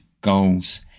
goals